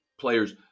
players